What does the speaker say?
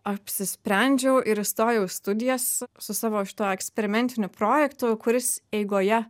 apsisprendžiau ir įstojau į studijas su savo šituo eksperimentiniu projektu kuris eigoje